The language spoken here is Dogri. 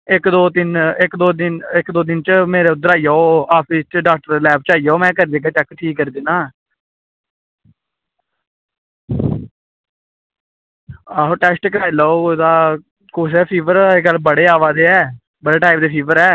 इक दो दिन च उध्दर आई जाओ मेरे आफिस च डाक्टरे दी लैव च आई जाओ में करी देह्गा चैक में ठीक करी दिन्नां आहो टैस्ट कराई लैओ ओह्दा फिवर अज्ज कल बड़े अवा दे ऐ बड़े टाईप दे फिवर ऐ